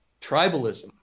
tribalism